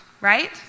right